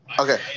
Okay